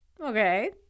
Okay